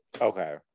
Okay